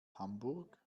hamburg